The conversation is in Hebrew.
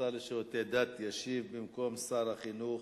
השר לשירותי דת, ישיב במקום שר החינוך,